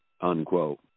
unquote